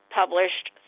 published